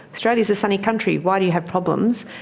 australia's a sunny country, why do you have problems?